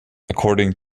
according